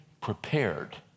prepared